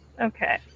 okay